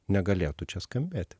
negalėtų čia skambėti